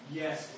yes